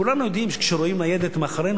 כולנו יודעים שכשרואים ניידת מאחורינו,